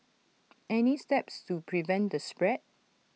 any steps to prevent the spread